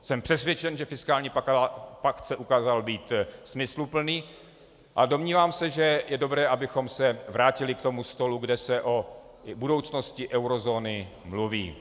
Jsem přesvědčen, že fiskální pakt se ukázal smysluplný, a domnívám se, že je dobré, abychom se vrátili k tomu stolu, kde se o budoucnosti eurozóny mluví.